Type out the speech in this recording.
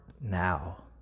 now